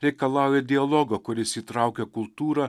reikalauja dialogo kuris įtraukia kultūrą